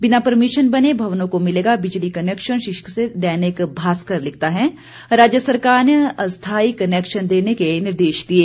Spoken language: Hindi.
बिना परमिशन बने भवनों को मिलेगा बिजली कनैक्शन शीर्षक से दैनिक भास्कर लिखता है राज्य सरकार ने अस्थाई कनैक्शन देने के निर्देश दिये